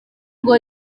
ngo